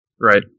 Right